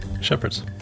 Shepherd's